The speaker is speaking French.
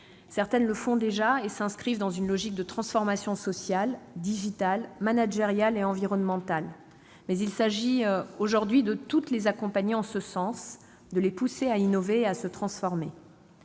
Certaines le font déjà et s'inscrivent dans une logique de transformation sociale, digitale, managériale et environnementale. Mais il s'agit aujourd'hui de toutes les accompagner en ce sens, de les pousser à innover et à se transformer.